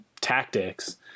tactics